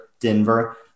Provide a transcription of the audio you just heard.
Denver